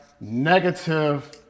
negative